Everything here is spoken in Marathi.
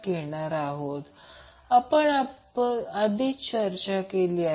j XC आणि RL व्हेरिएबल आहे आणि हे 2 Ω j 10 Ω आहे